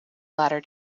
latter